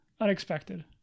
Unexpected